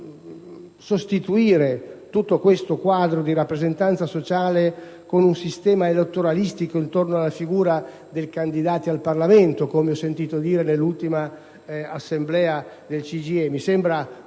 a sostituire tale quadro di rappresentanza sociale con un sistema elettoralistico costruito attorno alla figura del candidato al Parlamento, come è stato detto nell'ultima assemblea del CGIE: mi sembra